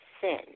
sin